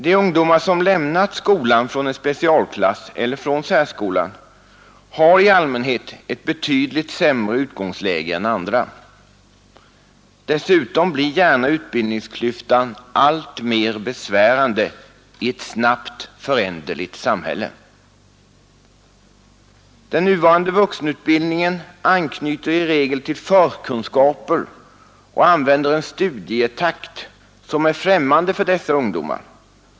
De ungdomar som lämnat skolan från en specialklass eller från särskolan har i allmänhet ett betydligt sämre utgångsläge än andra, Dessutom blir gärna utbildningsklyftan alltmer besvärande i ett snabbt föränderligt samhälle. Den nuvarande vuxenutbildningen anknyter i regel till förkunskaper och använder en studietakt, som är främmande för dessa ungdomar.